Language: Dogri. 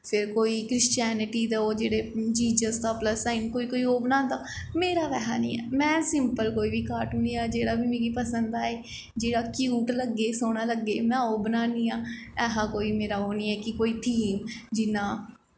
फिर कोई कृश्चैनटी दे ओह् जेह्ड़े जीजस दा प्लस साईन कोई कोई ओह् बनांदा मेरा बैहा निं ऐ में सिंपल कोई बी कार्टून जां जेह्ड़ा बी मिगी पसंद आए जेह्ड़ा क्यूट लग्गे सोह्ना लग्गे में ओह् बनान्नी आं ऐहा कोई मेरा ओह् निं ऐ कि कोई थीम जियां